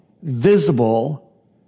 visible